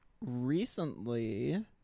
Recently